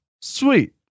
sweet